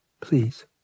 Please